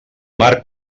marc